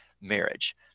marriage